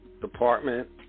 department